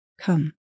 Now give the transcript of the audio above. come